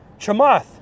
Chamath